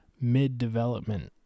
mid-development